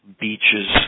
beaches